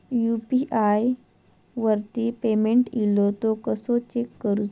UPI वरती payment इलो तो कसो चेक करुचो?